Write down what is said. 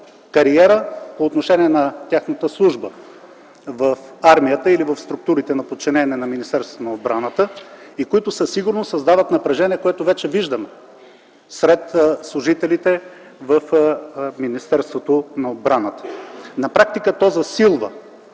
кариера, по отношение на тяхната служба в армията или в структурите на подчинение на Министерството на отбраната, и които със сигурност създават напрежение, което вече виждаме сред служителите в Министерството на отбраната. На практика то засилва